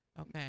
Okay